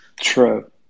True